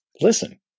Listen